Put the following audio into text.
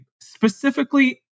Specifically